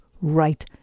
right